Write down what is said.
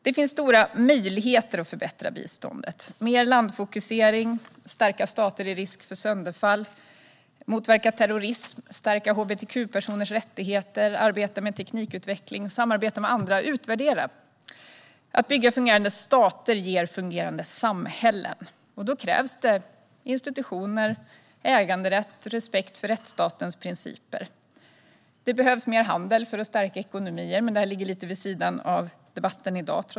Det finns stora möjligheter att förbättra biståndet: mer landfokusering, att stärka stater i risk för sönderfall, att motverka terrorism, att stärka hbtq-personers rättigheter, att arbeta med teknikutveckling, att samarbeta med andra och att utvärdera. Att bygga fungerande stater ger fungerande samhällen. Det krävs institutioner, äganderätt och respekt för rättsstatens principer. Det behövs mer handel för att stärka ekonomier, men det ligger trots allt lite vid sidan av debatten i dag.